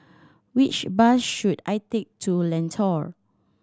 which bus should I take to Lentor